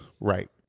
Right